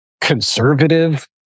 conservative